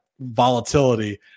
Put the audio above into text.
volatility